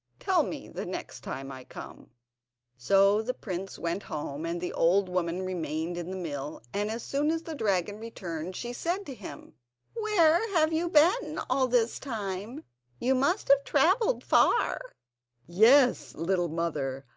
tell me the next time i come so the prince went home, and the old woman remained in the mill, and as soon as the dragon returned she said to him where have you been all this time you must have travelled far yes, little mother,